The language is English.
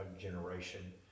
generation